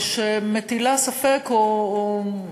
שמטילה ספק, או: